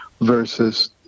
versus